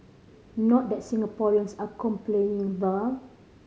not that Singaporeans are complaining though